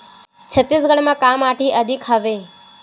छत्तीसगढ़ म का माटी अधिक हवे?